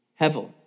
Hevel